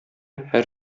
һәр